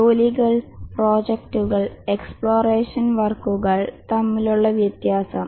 ജോലികൾ പ്രോജെക്ടുകൾ എക്സ്പ്ലോറേഷൻ വർക്കുകൾ തമ്മിലുള്ള വ്യത്യാസം